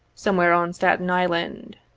somewhere on staten island.